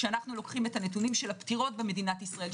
כשאנחנו לוקחים את המקרים של הפטירות במדינת ישראל,